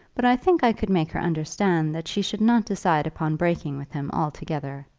but i think i could make her understand that she should not decide upon breaking with him altogether.